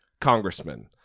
congressman